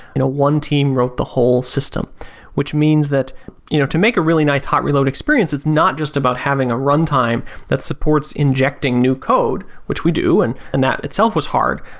you know one team wrote the whole system which means that you know to make a really nice hot reload experience, it is not just about having a runtime that supports injecting new code which we do and and that itself was hard.